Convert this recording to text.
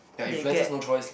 they get